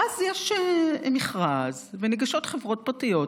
ואז יש מכרז וניגשות חברות פרטיות,